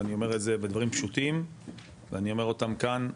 ואני אומר את זה בדברים פשוטים ואני אומר אותם כאן,